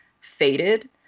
faded